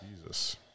Jesus